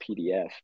PDF